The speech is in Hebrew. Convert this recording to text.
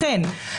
וזה אכן כך.